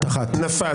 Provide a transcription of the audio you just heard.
הצבעה לא אושרה נפל.